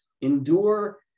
endure